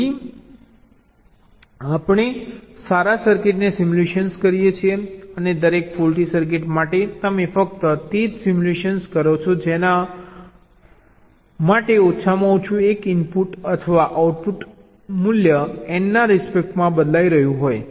તેથી આપણે સારા સર્કિટને સિમ્યુલેટ કરીએ છીએ અને દરેક ફોલ્ટી સર્કિટ માટે તમે ફક્ત તે જ સિમ્યુલેટ કરો છો જેના માટે ઓછામાં ઓછું એક ઇનપુટ અથવા આઉટપુટ મૂલ્ય N ના રિસ્પેક્ટમાં બદલાઈ રહ્યું છે